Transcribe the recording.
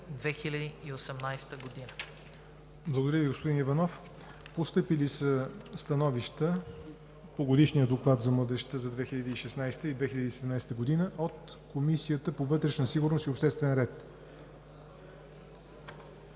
ЯВОР НОТЕВ: Благодаря Ви, господин Иванов. Постъпили са становища по Годишния доклад за младежта за 2016 и 2017 г. от Комисията по вътрешна сигурност и обществен ред.